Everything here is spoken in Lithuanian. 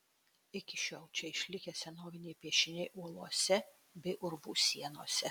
iki šiol čia išlikę senoviniai piešiniai uolose bei urvų sienose